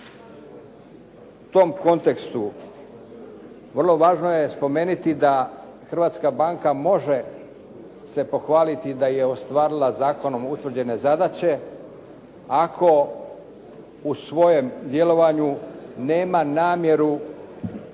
U tom kontekstu vrlo važno je spomenuti da Hrvatska banka može se pohvaliti da je ostvarila zakonom utvrđene zadaće ako u svojem djelovanju nema namjeru